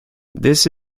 this